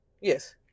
yes